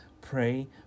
pray